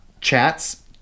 chats